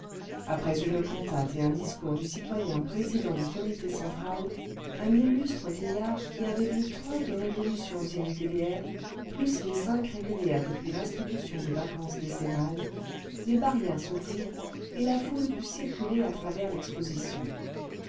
après une cantate et un discours du citoyen président du comité central un illustre vieillard qui avait vu trente révolutions irrégulières plus les cinq régulières depuis l'institution des vacances décennales les barrières s'ouvrirent et la foule put circuler à travers l'exposition